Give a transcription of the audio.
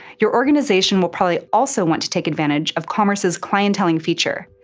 your organization will probably also want to take advantage of commerce's clienteling feature,